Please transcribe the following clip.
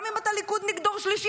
גם אם אתה ליכודניק דור שלישי,